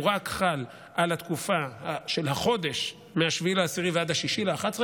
הוא רק חל על התקופה של החודש מ-7 באוקטובר ועד 6 בנובמבר,